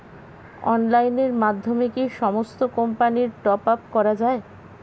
অনলাইনের মাধ্যমে কি সমস্ত কোম্পানির টপ আপ করা যায়?